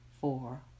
four